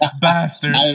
bastard